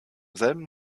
selben